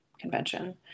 convention